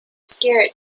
scared